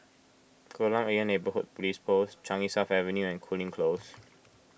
Kolam Ayer Neighbourhood Police Post Changi South Avenue and Cooling Close